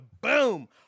Boom